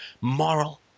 moral